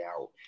out